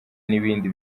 n’ibindi